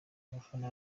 abafana